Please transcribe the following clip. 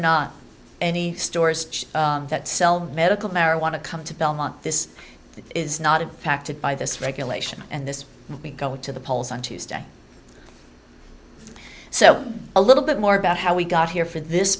not any stores that sell medical marijuana come to belmont this is not a pact to buy this regulation and this we go to the polls on tuesday so a little bit more about how we got here for this